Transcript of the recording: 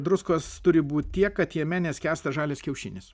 druskos turi būt tiek kad jame neskęsta žalias kiaušinis